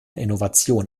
innovation